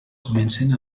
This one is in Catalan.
comencen